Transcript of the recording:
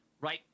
right